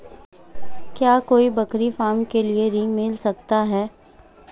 क्या कोई बकरी फार्म के लिए ऋण मिल सकता है?